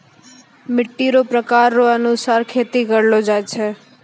मिट्टी रो प्रकार रो अनुसार खेती करलो जाय छै